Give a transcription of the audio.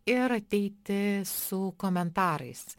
ir ateiti su komentarais